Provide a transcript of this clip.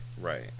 Right